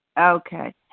Okay